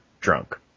drunk